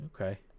Okay